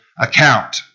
account